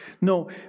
No